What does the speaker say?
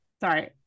Sorry